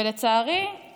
ולצערי,